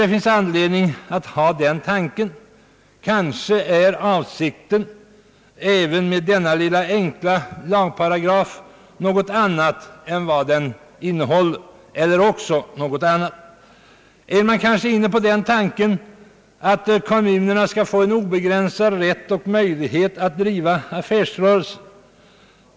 Det finns anledning att tro att avsikten även med denna lilla enkla lagparagraf kanske är någon annan än vad innehållet säger. Är man kanske inne på tanken att kommunerna skall få obegränsad rätt och möjlighet att driva affärsrörelse?